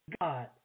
God